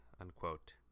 unquote